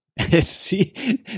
see